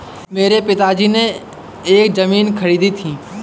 मेरे पिताजी ने एक जमीन खरीदी थी